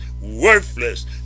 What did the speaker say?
worthless